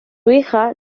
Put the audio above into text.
hija